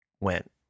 went